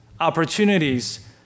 opportunities